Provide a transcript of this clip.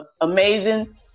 amazing